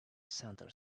center